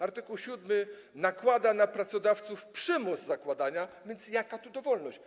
Art. 7 nakłada na pracodawców przymus zakładania, więc jaka tu dobrowolność?